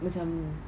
macam